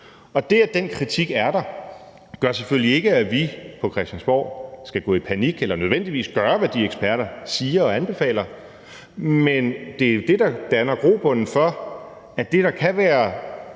Og det, at den kritik er der, gør selvfølgelig ikke, at vi på Christiansborg skal gå i panik eller nødvendigvis gøre, hvad de eksperter siger og anbefaler, men det er jo det, der danner grobunden for, at det, der kan være